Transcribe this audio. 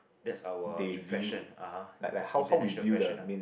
that's our impression (uh huh) international ah